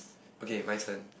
okay my turn